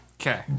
Okay